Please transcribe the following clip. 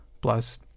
plus